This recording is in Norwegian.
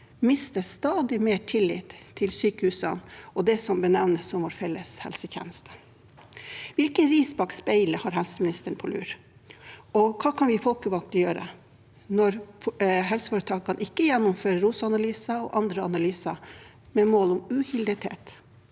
mister mer tillit til sykehusene og det som benevnes som vår felles helsetjeneste. Hvilke ris bak speilet har helseministeren på lur, og hva kan vi folkevalgte gjøre når helseforetakene ikke gjennomfører ROS-analyser og andre analyser med mål om uhildethet?